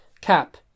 cap